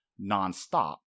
nonstop